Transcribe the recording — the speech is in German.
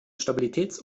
stabilitäts